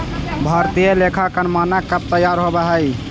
भारतीय लेखांकन मानक कब तईयार होब हई?